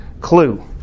Clue